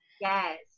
Yes